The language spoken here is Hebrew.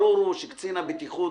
ברור שקצין הבטיחות,